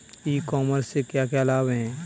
ई commerce से क्या क्या लाभ हैं?